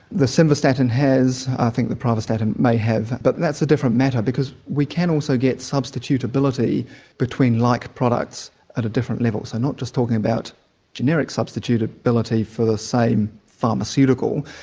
the simvastatin has, i think the pravastatin may have, but that's a different matter because we can also get substituteability between like products at a different level, so not just talking about generic substituteability for the same pharmaceutical,